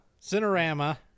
Cinerama